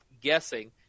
guessing